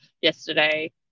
yesterday